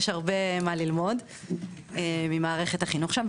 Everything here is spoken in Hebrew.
יש הרבה מה ללמוד ממערכת החינוך שם.